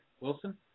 Wilson